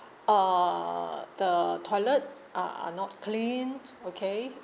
uh the toilet are are not clean okay